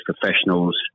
professionals